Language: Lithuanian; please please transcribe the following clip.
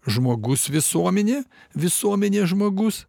žmogus visuomenė visuomenė žmogus